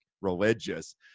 religious